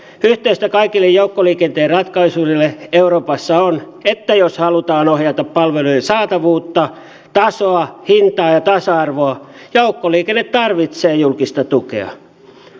yhteistä kaikille joukkoliikenteen ratkaisuille euroopassa on että jos halutaan ohjata palveluiden saatavuutta tasoa hintaa ja tasa arvoa joukkoliikenne tarvitsee julkista tukea